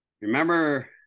remember